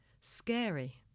Scary